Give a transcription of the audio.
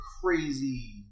crazy